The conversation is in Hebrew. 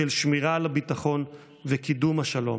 של שמירה על הביטחון וקידום השלום.